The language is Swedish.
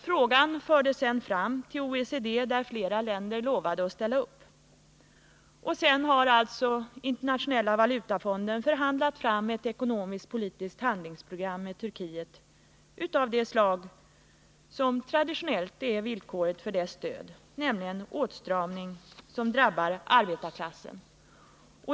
Frågan fördes sedan fram till OECD, där flera länder lovade att ställa upp. Sedan har alltså Internationella valutafonden förhandlat fram ett ekonomisk-politiskt handlingsprogram med Turkiet av det slag som traditionellt är villkoret för dess stöd, nämligen åtstramning, som ytterligare drabbar arbetarklassen.